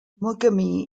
mogami